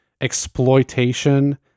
exploitation